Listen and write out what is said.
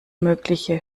mögliche